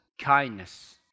kindness